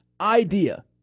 idea